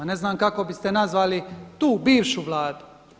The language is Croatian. Ne znam kako biste nazvali tu bivšu Vladu.